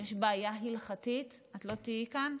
יש בעיה הלכתית, את לא תהיי כאן?